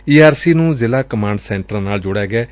ਈ R C ਨੂੰ ਜ਼ਿਲੂਾ command ਸੈਾਂਟਰਾਂ ਨਾਲ ਜੋੜਿਆ ਗਿਲੈ